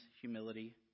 humility